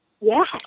Yes